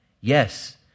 Yes